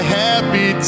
happy